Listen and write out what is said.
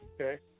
okay